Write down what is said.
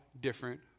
different